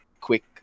quick